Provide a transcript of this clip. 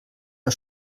der